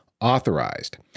authorized